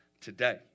today